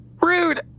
Rude